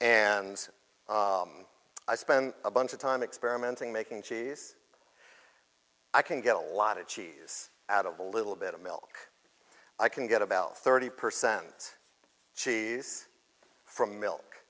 and i spend a bunch of time experimenting making cheese i can get a lot of cheese out of a little bit of milk i can get about thirty percent cheese from milk